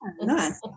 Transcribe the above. Nice